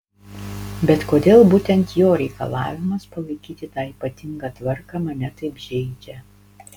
bet kodėl būtent jo reikalavimas palaikyti tą ypatingą tvarką mane taip žeidžia